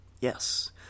Yes